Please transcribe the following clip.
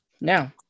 now